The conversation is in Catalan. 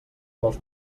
vols